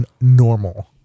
normal